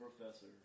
Professor